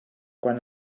quan